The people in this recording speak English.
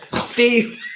Steve